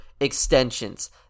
Extensions